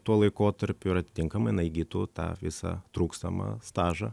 tuo laikotarpiu ir atitinkamai jinai įgytų tą visą trūkstamą stažą